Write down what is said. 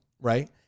right